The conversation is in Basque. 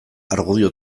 argudio